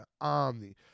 Omni